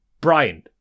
Brian